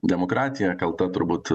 demokratija kalta turbūt